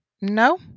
No